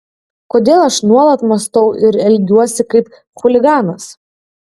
kodėl aš nuolat mąstau ir elgiuosi kaip chuliganas